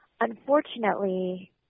Unfortunately